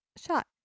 shot